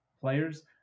players